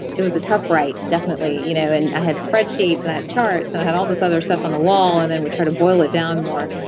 it was a tough write definitely. i you know and had spreadsheets and i had charts and i had all those other stuff on the wall, and then we try to boil it down more.